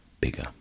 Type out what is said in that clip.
bigger